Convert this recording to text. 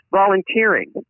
volunteering